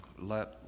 let